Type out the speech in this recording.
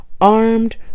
Armed